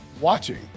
watching